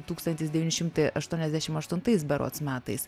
tūkstantis devyni šimtai aštuoniasdešim aštuntais berods metais